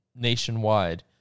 nationwide